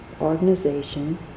organization